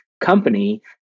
company